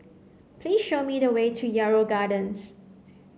please show me the way to Yarrow Gardens